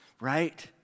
right